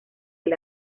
del